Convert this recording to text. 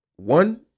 One